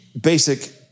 basic